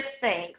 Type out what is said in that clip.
thanks